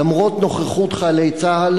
למרות נוכחות חיילי צה"ל,